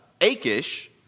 Achish